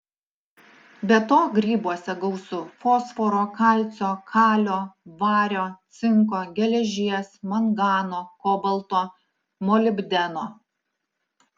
be to grybuose gausu fosforo kalcio kalio vario cinko geležies mangano kobalto molibdeno